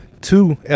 two